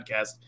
podcast